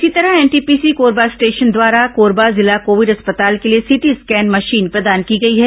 इसी तरह NTPC Korba station द्वारा कोरबा जिला कोविड अस्पताल के लिए सीटी स्कैन मशीन प्रदान की गई है